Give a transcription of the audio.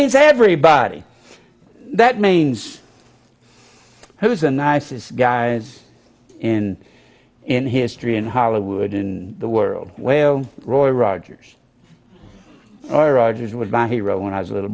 means everybody that means he was the nicest guys in in history and hollywood in the world well roy rogers all rogers was my hero when i was a little